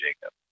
Jacob